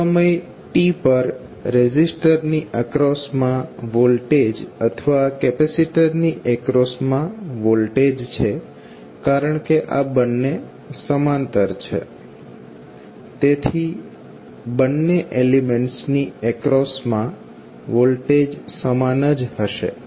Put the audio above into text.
કોઈ સમય t પર રેઝિસ્ટર ની એક્રોસ મા વોલ્ટેજ અથવા કેપેસીટરની એક્રોસ મા વોલ્ટેજ છે કારણ કે આ બંને સમાંતર છે તેથી બન્ને એલિમેંટ્સ ની એક્રોસ મા વોલ્ટેજ સમાન જ હશે